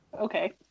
Okay